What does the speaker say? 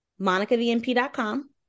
MonicaVNP.com